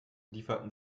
lieferten